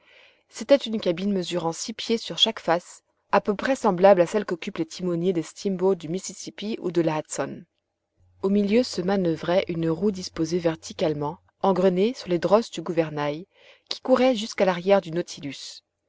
c'était une cabine mesurant six pieds sur chaque face à peu près semblable à celles qu'occupent les timoniers des steamboats du mississipi ou de l'hudson au milieu se manoeuvrait une roue disposée verticalement engrenée sur les drosses du gouvernail qui couraient jusqu'à l'arrière du nautilus